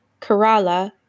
Kerala